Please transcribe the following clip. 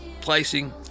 placing